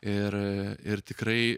ir ir tikrai